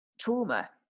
trauma